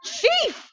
chief